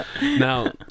Now